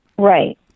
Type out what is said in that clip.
Right